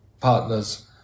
partners